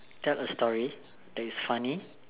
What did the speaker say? tell a story that is funny